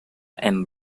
and